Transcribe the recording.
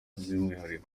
by’umwihariko